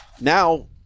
Now